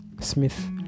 Smith